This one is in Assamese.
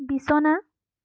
বিছনা